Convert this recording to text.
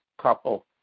couple